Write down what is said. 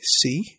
see